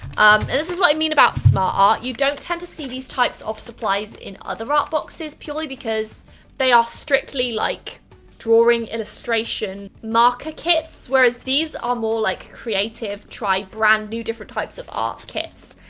this is what i mean about smartart, you don't tend to see these types of supplies in other art boxes purely because they are strictly like drawing, illustration, marker kits whereas these are more like, creative, try brand new different types of art kits.